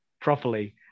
properly